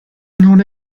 non